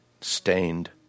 stained